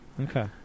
Okay